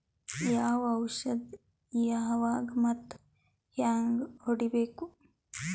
ಯಾವ ಔಷದ ಯಾವಾಗ ಮತ್ ಹ್ಯಾಂಗ್ ಹೊಡಿಬೇಕು?